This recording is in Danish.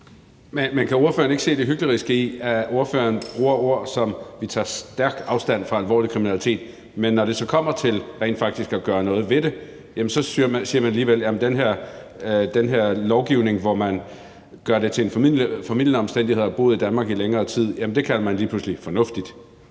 Men kan ordføreren ikke se det hykleriske i, at ordføreren bruger ord som »vi tager stærkt afstand fra alvorlig kriminalitet«, men når det så kommer til rent faktisk at gøre noget ved det, siger man alligevel lige pludselig, at den her lovgivning, hvor man gør det til en formildende omstændighed at have boet i Danmark i længere tid, er fornuftig.